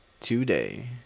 today